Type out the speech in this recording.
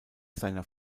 seiner